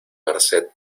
merced